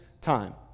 time